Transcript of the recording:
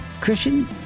Christian